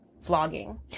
vlogging